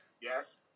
Yes